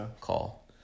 call